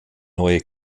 neue